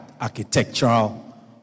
architectural